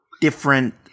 different